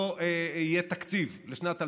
ולא יהיה תקציב לשנת 2020,